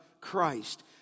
Christ